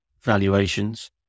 valuations